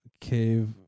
Cave